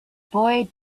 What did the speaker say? boy